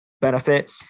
benefit